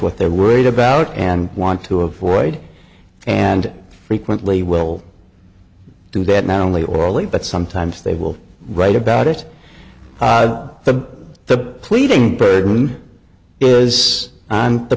what they're worried about and want to avoid and frequently will do that not only orally but sometimes they will write about it the pleading burden is on the